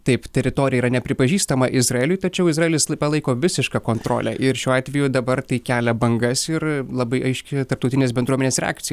taip teritorija yra nepripažįstama izraeliui tačiau izraelis palaiko visišką kontrolę ir šiuo atveju dabar tai kelia bangas ir labai aiški tarptautinės bendruomenės reakcija